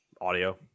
Audio